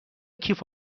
کیف